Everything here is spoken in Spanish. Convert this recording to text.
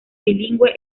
bilingüe